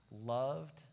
loved